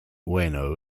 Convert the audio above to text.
ueno